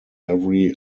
every